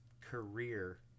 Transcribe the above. career